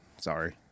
sorry